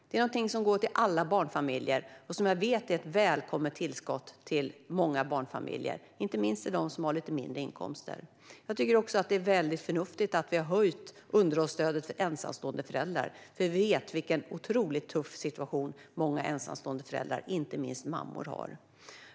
Det är någonting som går till alla barnfamiljer och som jag vet är ett välkommet tillskott till många barnfamiljer, inte minst till dem som har lite mindre inkomster. Jag tycker också att det är mycket förnuftigt att vi har höjt underhållsstödet till ensamstående föräldrar. Vi vet nämligen vilken otroligt tuff situation som många ensamstående föräldrar, inte minst mammor, har.